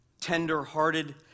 tender-hearted